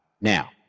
Now